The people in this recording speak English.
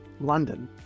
London